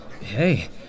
hey